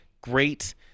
great